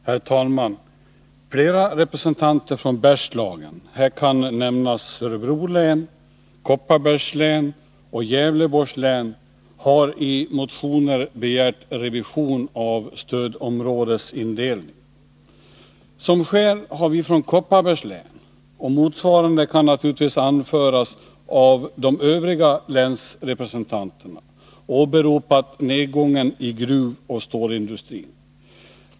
Herr talman! Flera representanter från Bergslagen — här kan nämnas Örebro län, Kopparbergs län och Gävleborgs län — har i motioner begärt revision av stödområdesindelningen. Som skäl har vi från Kopparbergs län — och motsvarande kan naturligtvis anföras av de övriga länsrepresentanterna — åberopat nedgången i gruvoch stålindustrin.